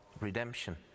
redemption